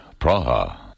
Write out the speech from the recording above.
Praha